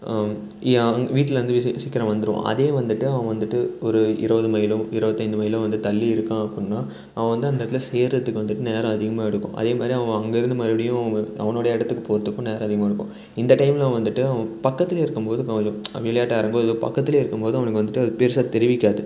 வீட்டில் வந்து சீக்கிரம் வந்துடுவான் அதே வந்துட்டு அவன் வந்துட்டு ஒரு இரருது மைலோ இருவத்தஞ்சி மைலோ வந்து தள்ளி இருக்கான் அப்புடின்னா அவன் வந்து அந்த இடத்துல சேர்வதுக்கு வந்துட்டு நேரம் அதிகமாக எடுக்கும் அதேமாதிரி அவன் அங்கிருந்து மறுபடியும் அவனோட இடத்துக்கு போகிறத்துக்கும் நேரம் அதிகமாக எடுக்கும் இந்த டைமில் வந்துட்டு அவன் பக்கத்திலே இருக்கும்போது இப்போ விளையாட்டு அரங்கம் ஏதோ பக்கத்துலேயே இருக்கும்போது அவனுக்கு வந்துட்டு அது பெருசாக தெரிவிக்காது